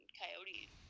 coyote